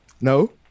No